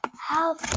Help